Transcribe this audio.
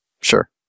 sure